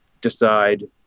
decide